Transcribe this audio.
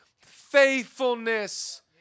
faithfulness